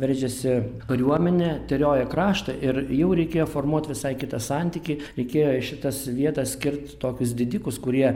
veržėsi kariuomenė teriojo kraštą ir jau reikėjo formuot visai kitą santykį reikėjo į šitas vietas skirt tokius didikus kurie